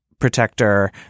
protector